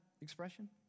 expression